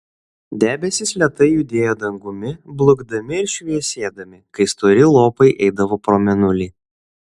debesys lėtai judėjo dangumi blukdami ir šviesėdami kai stori lopai eidavo pro mėnulį